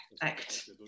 Act